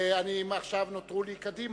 מעכשיו נותרו מקדימה,